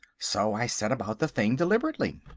so i set about the thing deliberately.